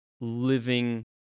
living